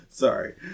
sorry